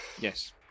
yes